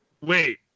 Wait